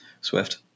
Swift